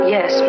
Yes